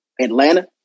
Atlanta